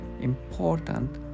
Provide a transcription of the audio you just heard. important